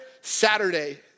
Saturday